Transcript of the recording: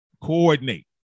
coordinate